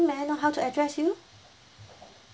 may I know how to address you